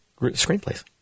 screenplays